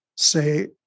say